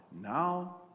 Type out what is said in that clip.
now